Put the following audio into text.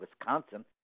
Wisconsin